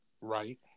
Right